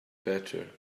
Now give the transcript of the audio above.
better